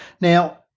now